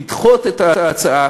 לדחות את ההצעה.